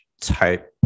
type